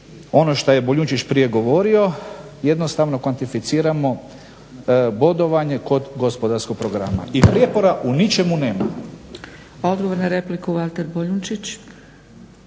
ono što je Boljunčić prije govorio jednostavno kontificiramo bodovanje kod gospodarskog programa i prijepora u ničemu nema.